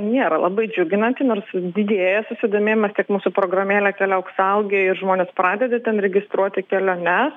nėra labai džiuginanti nors didėja susidomėjimas tiek mūsų programėle keliauk saugiai ir žmonės pradeda ten registruoti keliones